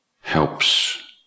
helps